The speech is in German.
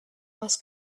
was